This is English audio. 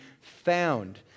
found